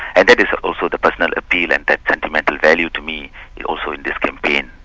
and that is also the personal appeal and that sentimental value to me also in this campaign.